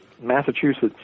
Massachusetts